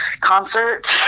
Concert